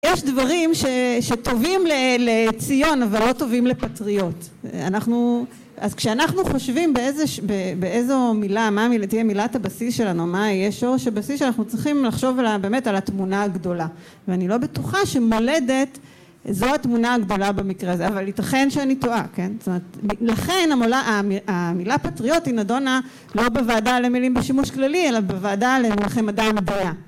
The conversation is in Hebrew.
יש דברים ש... שטובים ל... לציון, אבל לא טובים לפטריוט. אנחנו... אז כשאנחנו חושבים באיזה ש... באיזו מילה, מה תהיה מילת הבסיס שלנו, מה יהיה שורש הבסיס שלנו, אנחנו צריכים לחשוב על ה... באמת על התמונה הגדולה. ואני לא בטוחה שמולדת זו התמונה הגדולה במקרה הזה, אבל ייתכן שאני טועה, כן? זאת אומרת, לכן המילה פטריוט היא נדונה לא בוועדה למילים בשימוש כללי, אלא בוועדה למונחי מדע ומדעי ה...